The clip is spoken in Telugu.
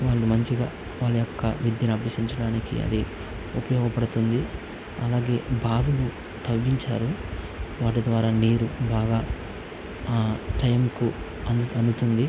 వాళ్ళు మంచిగా వాళ్ళ యొక్క విద్యను అభ్యసించడానికి అది ఉపయోగపడుతుంది అలాగే బావులు తవ్వించారు వాటి ద్వారా నీరు బాగా టైమ్కు అందుతుంది